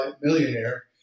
millionaire